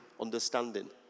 understanding